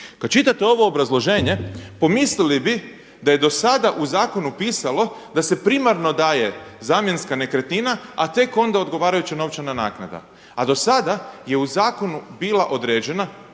Kad čitate ovo obrazloženje pomislili bi da je do sada u zakonu pisalo da se primarno daje zamjenska nekretnina, a tek onda odgovarajuća novčana naknada, a do sada je u zakonu bila određena